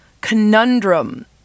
Conundrum